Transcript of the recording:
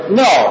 no